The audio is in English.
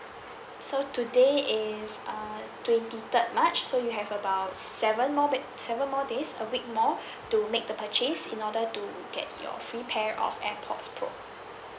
so today is uh twenty third march so you have about seven more p~ seven more days a week more to make the purchase in order to get your free pair of AirPods pro